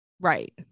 right